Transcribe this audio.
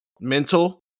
mental